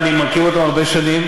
ואני מכיר אותם הרבה שנים.